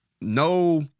No